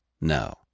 No